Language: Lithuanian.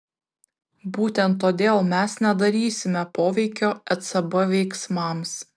būtent todėl mes nedarysime poveikio ecb veiksmams